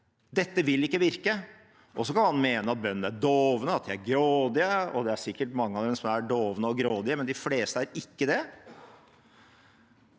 dette vil ikke virke. Så kan man mene at bøndene er dovne, at de er grådige, og det er sikkert noen av dem som er dovne og grådige, men de fleste er ikke det.